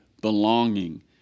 belonging